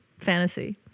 fantasy